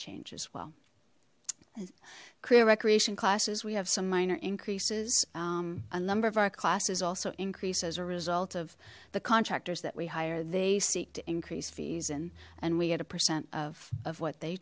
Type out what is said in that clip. change as well career recreation classes we have some minor increases a number of our classes also increase as a result of the contractors that we hire they seek to increase fees and we had a percent of of what they